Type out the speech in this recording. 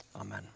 amen